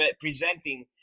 presenting